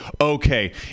okay